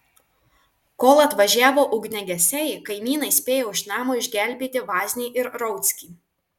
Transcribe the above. kol atvažiavo ugniagesiai kaimynai spėjo iš namo išgelbėti vaznį ir rauckį